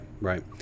right